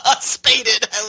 spaded